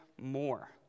more